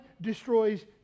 destroys